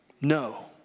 no